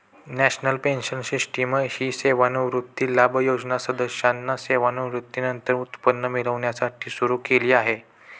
national pension system ही सेवानिवृत्ती लाभ योजना सदस्यांना सेवानिवृत्तीनंतर उत्पन्न मिळण्यासाठी सुरू केली आहे